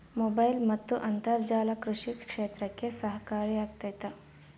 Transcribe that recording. Mobile ಮತ್ತು ಅಂತರ್ಜಾಲ ಕೃಷಿ ಕ್ಷೇತ್ರಕ್ಕೆ ಸಹಕಾರಿ ಆಗ್ತೈತಾ?